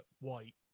white